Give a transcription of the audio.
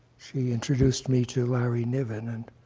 she introduced me to larry niven, and